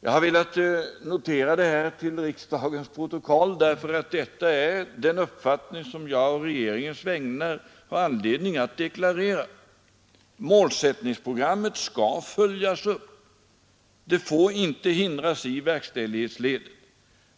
Jag har velat notera detta till riksdagens protokoll, därför att detta är den uppfattning jag å regeringens vägnar har anledning att deklarera. Målsättningsprogrammet skall fullföljas. Det får inte hindras i verkställighetsledet.